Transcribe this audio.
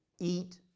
eat